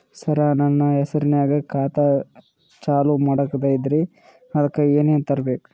ಸರ, ನನ್ನ ಹೆಸರ್ನಾಗ ಖಾತಾ ಚಾಲು ಮಾಡದೈತ್ರೀ ಅದಕ ಏನನ ತರಬೇಕ?